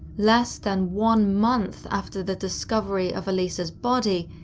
less than one month after the discovery of elisa's body,